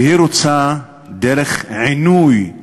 והיא רוצה, דרך של עינוי,